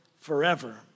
forever